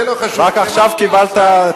זה לא חשוב, השר ארדן, רק עכשיו קיבלת ציון.